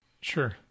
Sure